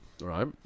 right